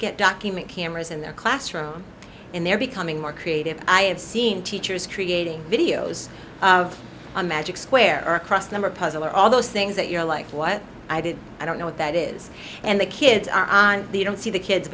get document cameras in their classroom and they're becoming more creative i have seen teachers creating videos on magic square or across number puzzle or all those things that you're like what i did i don't know what that is and the kids are on the i don't see the kids